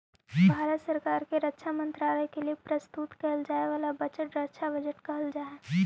भारत सरकार के रक्षा मंत्रालय के लिए प्रस्तुत कईल जाए वाला बजट रक्षा बजट कहल जा हई